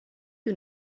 you